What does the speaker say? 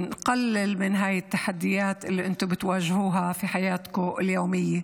ברכת התבונה גדולה הרבה ביותר מברכת הראייה.